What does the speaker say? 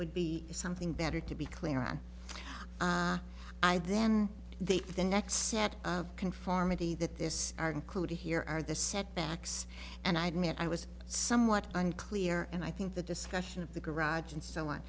would be something better to be clear on i then they the next set of conformity that this are included here are the setbacks and i mean i was somewhat unclear and i think the discussion of the garage